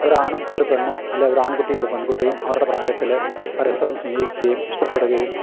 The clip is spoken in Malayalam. ഒരാണും ഒരു പെണ്ണും അല്ലേ ഒരാൺകുട്ടിയും ഒരു പെൺകുട്ടിയും അവരുടെ പ്രായത്തിൽ പരസ്പരം സ്നേഹിക്കുകയും ഇഷ്ടപ്പെടുകയും